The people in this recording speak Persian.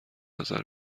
نظر